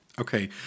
Okay